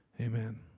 Amen